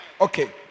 Okay